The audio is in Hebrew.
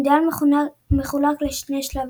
המונדיאל מחולק לשני שלבים,